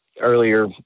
earlier